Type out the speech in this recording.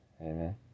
Amen